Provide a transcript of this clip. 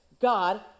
God